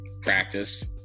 practice